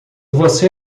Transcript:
você